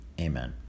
Amen